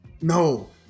No